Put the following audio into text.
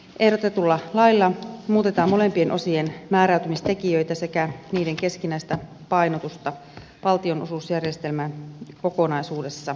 ehdotetulla lailla muutetaan molempien osien määräytymistekijöitä sekä niiden keskinäistä painotusta valtionosuusjärjestelmän kokonaisuudessa